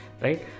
Right